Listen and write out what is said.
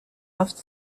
after